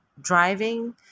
driving